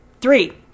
three